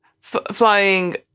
Flying